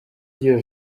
iryo